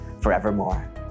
forevermore